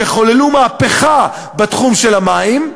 שחוללו מהפכה בתחום של המים: